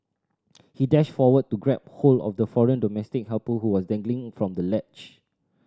he dashed forward to grab hold of the foreign domestic helper who was dangling from the ledge